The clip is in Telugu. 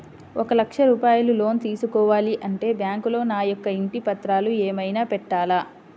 ఒక లక్ష రూపాయలు లోన్ తీసుకోవాలి అంటే బ్యాంకులో నా యొక్క ఇంటి పత్రాలు ఏమైనా పెట్టాలా?